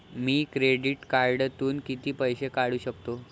मी credit कार्डातून किती पैसे काढू शकतो?